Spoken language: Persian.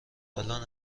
الان